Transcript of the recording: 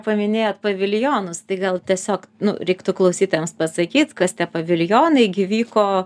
paminėjot paviljonus tai gal tiesiog nu reiktų klausytojams pasakyt kas tie paviljonai gi vyko